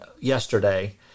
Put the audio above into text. yesterday